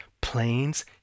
planes